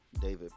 David